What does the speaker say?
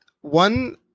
One